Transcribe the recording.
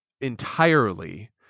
entirely